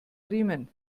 riemen